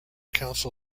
council